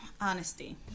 Honesty